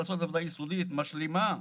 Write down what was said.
לעשות עבודה יסודית משלימה.